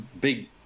big